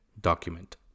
document